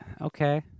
Okay